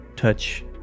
touch